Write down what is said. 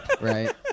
Right